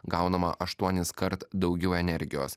gaunama aštuoniskart daugiau energijos